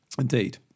Indeed